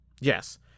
Yes